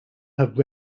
have